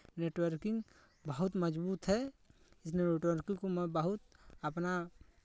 networking बहुत मजबूत है नेटवर्किंग में बहुत अपना